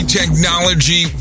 technology